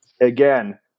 again